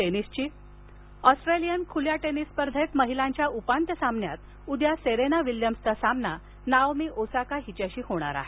tennis Australian खुल्या tennis स्पर्धेत महिलांच्या उपांत्य सामन्यात उद्या सेरेना विल्यम्सचा सामना नाओमी ओसाका हिच्याशी होणार आहे